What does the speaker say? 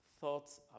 thoughts